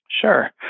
Sure